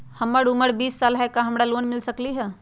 हमर उमर बीस साल हाय का हमरा लोन मिल सकली ह?